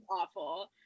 awful